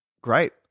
Great